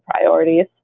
priorities